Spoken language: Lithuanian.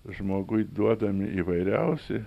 žmogui duodami įvairiausi